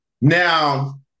Now